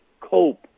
cope